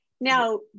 Now